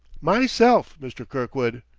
myself, mr. kirkwood!